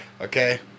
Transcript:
okay